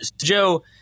joe